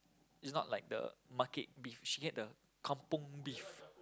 is not like the market beef she get the kampung beef